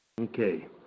okay